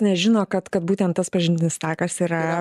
nežino kad kad būtent tas pažintinis takas yra